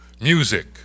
music